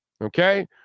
Okay